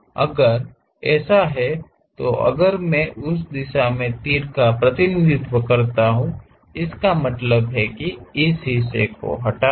अगर ऐसा है अगर मैं उस दिशा में तीर का प्रतिनिधित्व करता हूं इसका मतलब है कि इस हिस्से को हटा दें